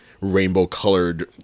rainbow-colored